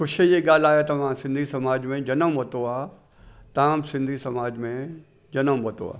ख़ुशी जी ॻाल्हि आहे त मां सिंधी समाज में जनम वरितो आहे तव्हां बि सिंधी समाज में जनम वरितो आहे